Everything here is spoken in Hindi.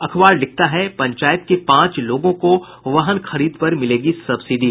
अखबार लिखता है पंचायत के पांच लोगों को वाहन खरीद पर मिलेगी सब्सिडी